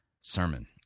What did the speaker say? Sermon